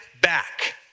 back